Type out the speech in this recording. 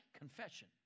confession